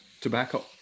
tobacco